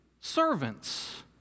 Servants